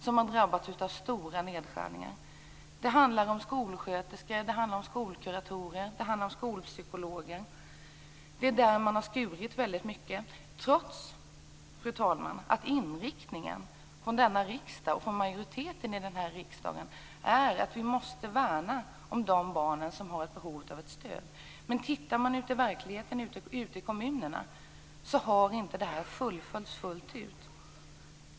Det handlar om stora nedskärningar när det gäller skolsköterskor, skolkuratorer och skolpsykologer, trots, fru talman, att inriktningen från majoriteten i denna riksdag är att vi måste värna de barn som har behov av stöd. Men i verkligheten, ute i kommunerna, har inte inriktningen fullföljts.